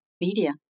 media